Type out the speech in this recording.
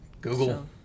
google